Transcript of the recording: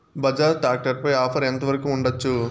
Bajaj tractor పై offer ఎంత వరకు ఉండచ్చు?